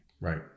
Right